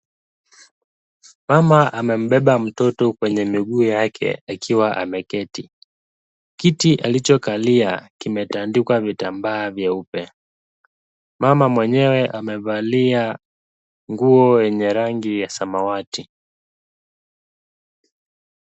Mama amembeba mtoto kwenye miguu yake akiwa ameketi. Kiti alichokalia kimetandikwa vitambaa vyeupe. Mama mwenyewe amevalia nguo yenye rangi ya samawati.